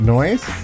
Noise